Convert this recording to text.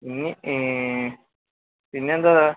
പിന്നെ എന്താണ് സാർ